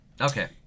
Okay